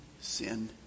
sin